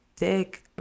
dick